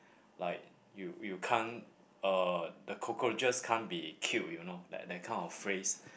like you you can't uh the cockroaches can't be killed you know like that kind of phrase